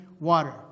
water